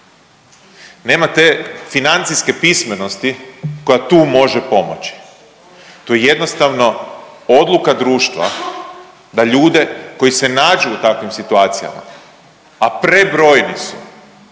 Nema te financijske pismenosti koja tu može pomoći. Tu jednostavno odluka društva da ljude koji se nađu u takvim situacijama, a prebrojni su,